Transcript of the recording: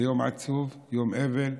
זה יום עצוב, יום אבל.